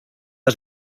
has